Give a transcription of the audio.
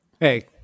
Hey